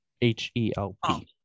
H-E-L-P